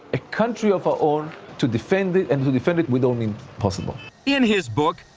a country of our own, to defend it, and to defend it with all means possible in his book,